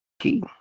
key